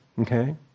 okay